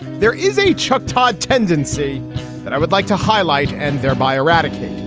there is a chuck todd tendency and i would like to highlight and thereby eradicate.